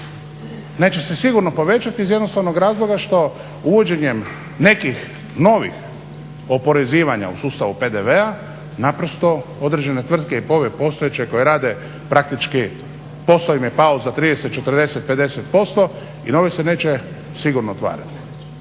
Neće se sigurno povećati iz jednostavnog razloga što uvođenjem nekih novih oporezivanja u sustavu PDV-a naprosto određene tvrtke i ove postojeće koje rade praktički posao im je pao za 30, 40, 50% i nove se neće sigurno otvarati.